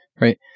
right